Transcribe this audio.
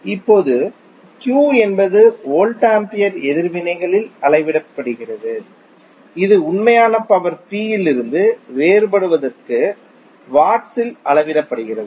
இப்போது Q என்பது volt ampere எதிர்வினைகளில் அளவிடப்படுகிறது இது உண்மையான பவர் P இலிருந்து வேறுபடுவதற்கு வாட்ஸில் அளவிடப்படுகிறது